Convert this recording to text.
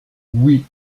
oui